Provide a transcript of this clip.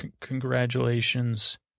congratulations